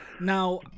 Now